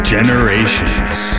Generations